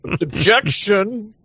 Objection